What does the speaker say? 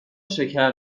شکر